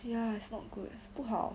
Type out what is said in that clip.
ya it's not good 不好